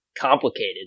complicated